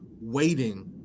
waiting